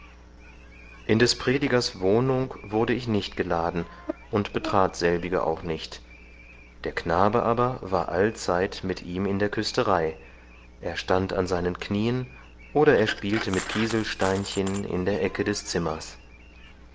in des predigers wohnung wurde ich nicht geladen und betrat selbige auch nicht der knabe aber war allzeit mit ihm in der küsterei er stand an seinen knien oder er spielte mit kieselsteinchen in der ecke des zimmers